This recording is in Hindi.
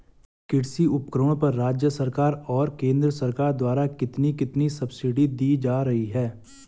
कृषि उपकरणों पर राज्य सरकार और केंद्र सरकार द्वारा कितनी कितनी सब्सिडी दी जा रही है?